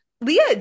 Leah